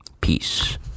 Peace